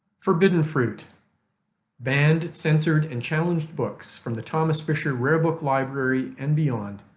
forbidden fruit banned, censored and challenged books from the thomas fisher rare book library and beyond,